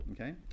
Okay